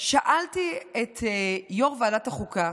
שאלתי את יו"ר ועדת החוקה,